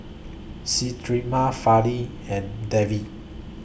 Smriti Fali and Devi